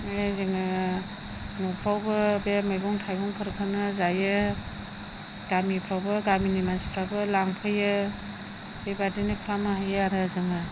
बिदिनो जोङो न'खरावबो बे मैगं थाइगंफोरखौनो जायो गामिफ्रावबो गामिनि मानसिफ्राबो लांफैयो बेबादिनो खालामनो हायो आरो जोङो